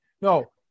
no